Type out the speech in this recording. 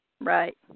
Right